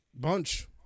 Bunch